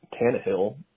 Tannehill